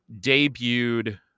debuted